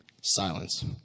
Silence